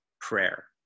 prayer